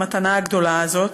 המתנה הגדולה הזאת,